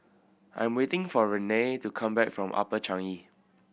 I am waiting for Renea to come back from Upper Changi